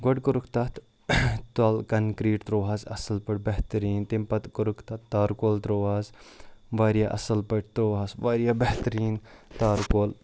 گۄڈٕ کوٚرُکھ تَتھ تَل کَنکِرٛیٖٹ ترٛووہَس اَصٕل پٲٹھۍ بہتریٖن تمہِ پَتہٕ کوٚرُکھ تَتھ تار کول ترٛووہَس واریاہ اَصٕل پٲٹھۍ ترٛووہَس واریاہ بہتریٖن تار کول